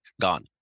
gone